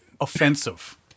offensive